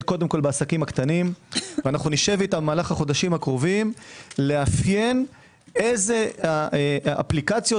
קודם כל בעסקים הקטנים ונשב איתם בחודשים הקרובים לאפיין איזה אפליקציות